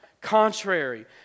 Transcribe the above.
contrary